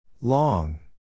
Long